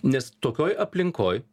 nes tokioj aplinkoj